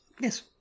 Yes